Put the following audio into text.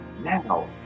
Now